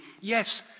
Yes